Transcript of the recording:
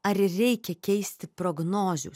ar ir reikia keisti prognozių